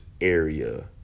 area